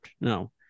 No